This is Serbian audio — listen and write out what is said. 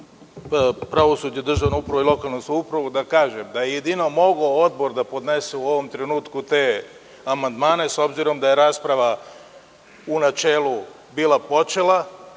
pravosuđe, državnu upravu i lokalnu samoupravu da kažem da je jedino mogao Odbor da podnese u ovom trenutku te amandmane s obzirom da je rasprava u načelu bila počela